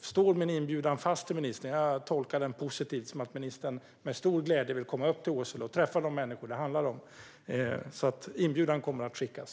Min inbjudan till ministern står fast. Jag tolkar det som att ministern med stor glädje vill komma upp till Åsele och träffa de människor det handlar om. Inbjudan kommer alltså att skickas.